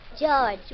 George